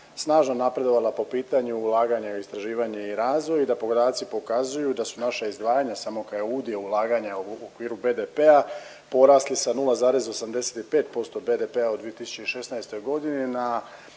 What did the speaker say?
snažno napredovala po pitanju ulaganja u istraživanje i razvoj i da podaci pokazuju da su naša izdvajanja, samo udio ulaganja u okviru BDP-a porasli sa 0,85% BDP-a u 2016.g. na